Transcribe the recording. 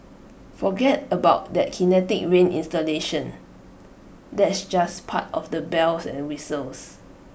forget about that kinetic rain installation that's just part of the bells and whistles